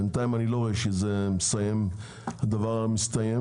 בינתיים אני לא רואה שהדבר הזה מסתיים,